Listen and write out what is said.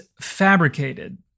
fabricated